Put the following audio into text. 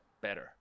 better